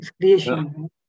Creation